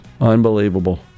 Unbelievable